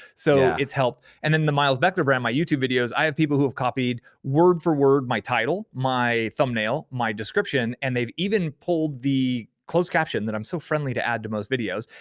so it's helped, and then the miles beckler brand, my youtube videos, i have people who have copied word for word my title, my thumbnail, my description, and they've even pulled the closed caption that i'm so friendly to add to most videos,